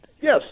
yes